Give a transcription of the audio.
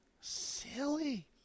Silly